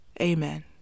Amen